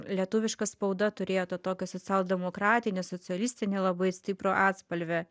lietuviška spauda turėjo tą tokį socialdemokratinį socialistinį labai stiprų atspalvį